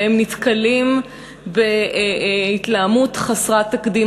והם נתקלים בהתלהמות חסרת תקדים.